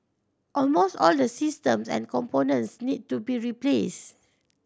almost all the systems and components need to be replaced